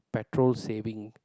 petrol saving